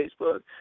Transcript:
Facebook